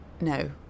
No